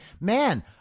man